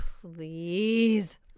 please